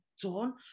done